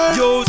yo